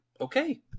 okay